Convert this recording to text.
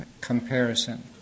comparison